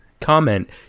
comment